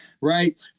right